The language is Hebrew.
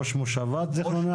ראש מושבת זכרון יעקב?